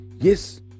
Yes